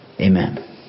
Amen